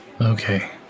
Okay